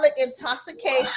intoxication